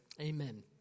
Amen